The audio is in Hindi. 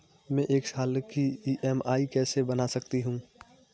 मैं एक साल की ई.एम.आई कैसे बना सकती हूँ?